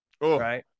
right